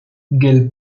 gill